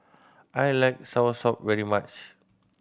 I like soursop very much